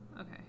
Okay